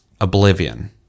Oblivion